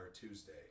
Tuesday